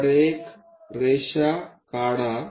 तर एक रेषा काढा